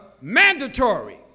mandatory